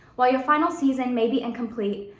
while your final season may be incomplete,